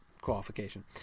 qualification